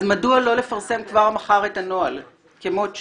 אז מדוע לא לפרסם כבר מחר את הנוהל כמות שהוא?